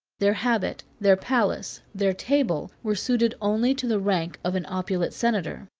their habit, their palace, their table, were suited only to the rank of an opulent senator.